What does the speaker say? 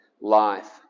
Life